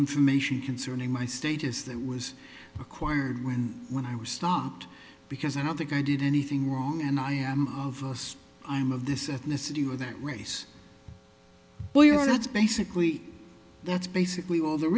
information concerning my status that was acquired when when i was stopped because i don't think i did anything wrong and i am all of us i'm of this ethnicity or that race or you are that's basically that's basically all there